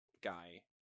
guy